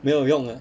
没有用了